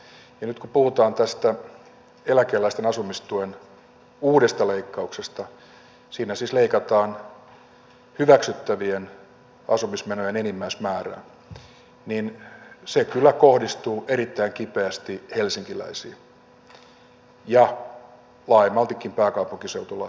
ja nyt kun puhutaan tästä eläkeläisten asumistuen uudesta leikkauksesta siinä siis leikataan hyväksyttävien asumismenojen enimmäismäärää niin se kyllä kohdistuu erittäin kipeästi helsinkiläisiin ja laajemmaltikin pääkaupunkiseutulaisiin